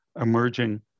emerging